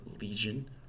Legion